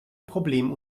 problem